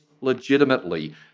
legitimately